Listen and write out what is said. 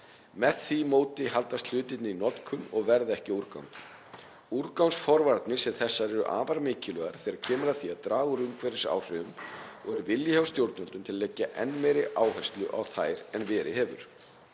Með því móti haldast hlutirnir í notkun og verða ekki að úrgangi. Úrgangsforvarnir sem þessar eru afar mikilvægar þegar kemur að því að draga úr umhverfisáhrifum og er vilji hjá stjórnvöldum til að leggja enn meiri áherslu á þær en verið hefur.